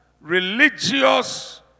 religious